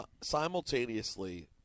simultaneously